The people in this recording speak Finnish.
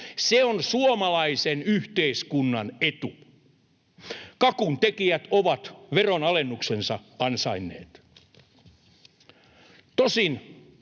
Se on suomalaisen yhteiskunnan etu. Kakun tekijät ovat veronalennuksensa ansainneet.